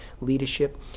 leadership